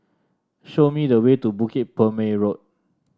show me the way to Bukit Purmei Road